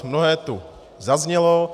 Mnohé tu zaznělo.